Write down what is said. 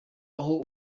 aho